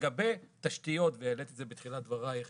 לגבי תשתיות והעלית את זה בתחילת דברייך,